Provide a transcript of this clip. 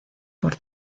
por